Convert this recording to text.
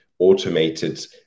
automated